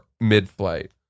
mid-flight